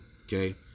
okay